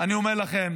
אני אומר לכם,